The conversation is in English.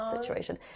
situation